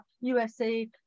USA